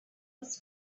was